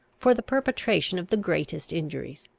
for the perpetration of the greatest injuries.